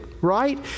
right